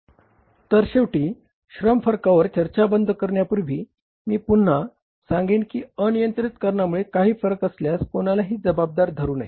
तर शेवटी श्रम फरकांवर चर्चा बंद करण्यापूर्वी पुन्हा मी पुन्हा सांगेन की अनियंत्रित कारणामुळे काही फरक असल्यास कोणालाही जबाबदार धरू नये